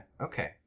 Okay